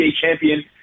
champion